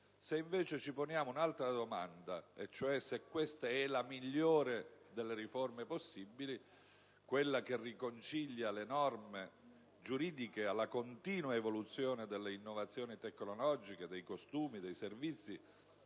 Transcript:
Se invece ci poniamo un'altra domanda, e cioè se questa è la migliore delle riforme possibili, quella che riconcilia le norme giuridiche con la continua evoluzione delle innovazioni tecnologiche, dei costumi, dei servizi